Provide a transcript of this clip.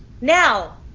Now